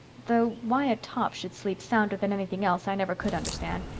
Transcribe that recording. though why a top should sleep sounder than anything else i never could understand.